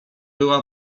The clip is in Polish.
była